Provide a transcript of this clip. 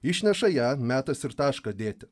išneša ją metas ir tašką dėti